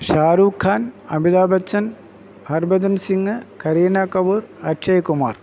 Shah Rukh Khan Amitabh Bachchan Harbhajan Singh Kareena Kapoor Akshay Kumar